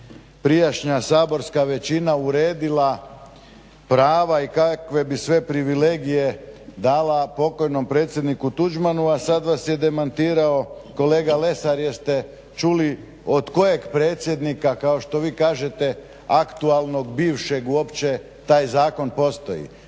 prijašnja saborska većina uredila prava i kakve bi sve privilegije dala pokojom predsjedniku Tuđmanu a sad vas je demantirao kolega Lesar jer ste čuli od kojeg predsjednika kao što vi kažete aktualnog bivšeg uopće taj zakon uopće postoji.